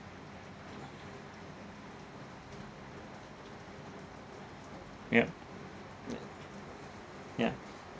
yup ya ya